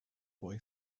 boy